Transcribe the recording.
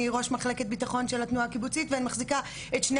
אני ראש מחלקת ביטחון של התנועה הקיבוצית ואני מחזיקה את שני